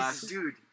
Dude